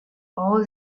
all